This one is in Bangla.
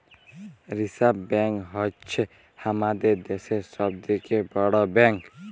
রিসার্ভ ব্ব্যাঙ্ক হ্য়চ্ছ হামাদের দ্যাশের সব থেক্যে বড় ব্যাঙ্ক